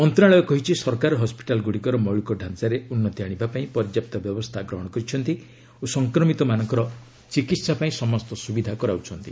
ମନ୍ତ୍ରଶାଳୟ କହିଛି ସରକାର ହସ୍ୱିଟାଲ୍ଗୁଡ଼ିକର ମୌଳିକ ଢାଞ୍ଚାରେ ଉନ୍ନତି ଆଶିବା ପାଇଁ ପର୍ଯ୍ୟାପ୍ତ ବ୍ୟବସ୍ଥା ଗ୍ରହଣ କରିଛନ୍ତି ଓ ସଂକ୍ରମିତମାନଙ୍କର ଚିକିତ୍ସା ପାଇଁ ସମସ୍ତ ସୁବିଧା କରାଯାଉଛି